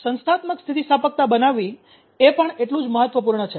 આમ સંસ્થાત્મક સ્થિતિસ્થાપકતા બનાવવી એ પણ એટલું જ મહત્વપૂર્ણ છે